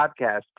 podcast